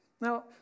Now